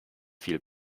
viel